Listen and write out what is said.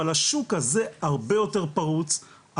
אבל השוק הזה הרבה יותר פרוץ,